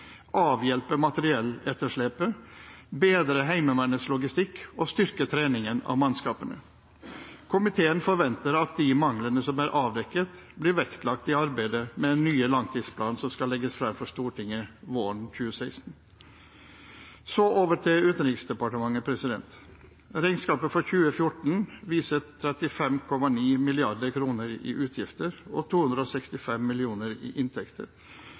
avhjelpe materielletterslepet, bedre Heimevernets logistikk og styrke treningen av mannskapene. Komiteen forventer at de manglene som er avdekket, blir vektlagt i arbeidet med den nye langtidsplanen som skal legges frem for Stortinget våren 2016. Så over til Utenriksdepartementet. Regnskapet for 2014 viser 35,9 mrd. kr i utgifter og 265 mill. kr i inntekter,